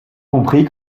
compris